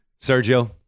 Sergio